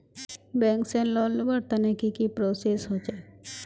Bank से loan लुबार तने की की प्रोसेस होचे?